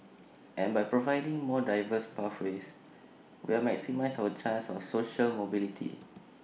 and by providing more diverse pathways we maximise our chances of social mobility